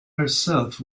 herself